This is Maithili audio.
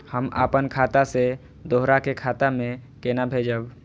हम आपन खाता से दोहरा के खाता में केना भेजब?